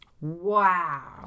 Wow